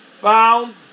found